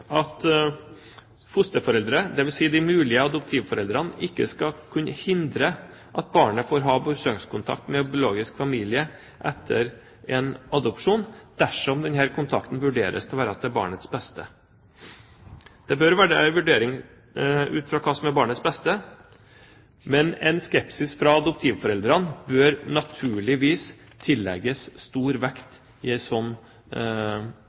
at fosterforeldre, dvs. de mulige adoptivforeldrene, ikke skal kunne hindre at barnet får ha besøkskontakt med biologisk familie etter en adopsjon, dersom denne kontakten vurderes til å være til barnets beste. Det bør være en vurdering ut fra hva som er barnets beste, men en skepsis fra adoptivforeldrene bør naturligvis tillegges stor vekt